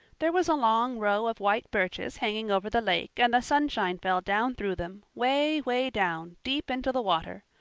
there was a long row of white birches hanging over the lake and the sunshine fell down through them, way, way down, deep into the water.